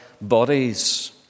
bodies